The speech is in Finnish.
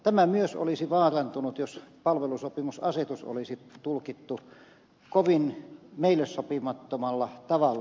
tämä myös olisi vaarantunut jos palvelusopimusasetusta olisi tulkittu meille kovin sopimattomalla tavalla